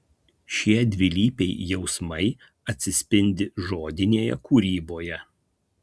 šie dvilypiai jausmai atsispindi žodinėje kūryboje